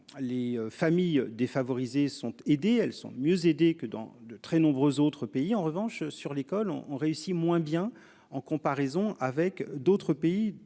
Les familles défavorisées sont aidées, elles sont mieux aider que dans de très nombreux autres pays en revanche sur l'école on on réussit moins bien en comparaison avec d'autres pays